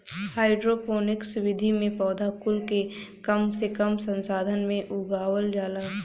hydroponics विधि में पौधा कुल के कम से कम संसाधन में उगावल जाला